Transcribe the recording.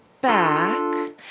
back